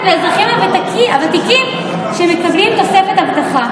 לאזרחים הוותיקים שמקבלים תוספת הבטחת